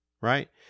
Right